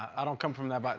i don't come from that, but